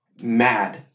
mad